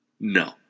No